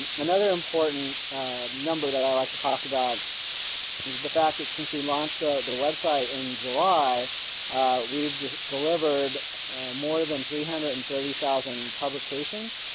another important number that i'd like to talk about is the fact that since we launched the the web site in july we've delivered more than three hundred and thirty thousand publications.